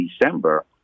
December